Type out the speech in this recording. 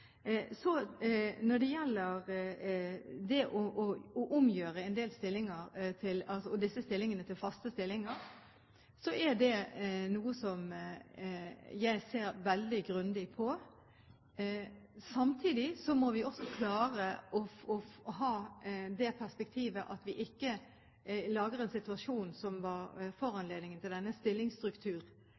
Når det gjelder å omgjøre en del av disse stillingene til faste stillinger, er det noe jeg vil se veldig grundig på. Samtidig må vi også klare å ha det perspektivet at vi ikke lager en situasjon som var foranledningen til denne